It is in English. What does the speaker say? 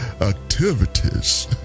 activities